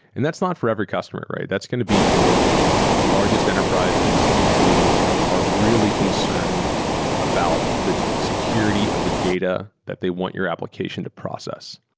and that's not for every customer. that's going to be for the largest enterprises who are really concerned about the security of the data that they want your application to process.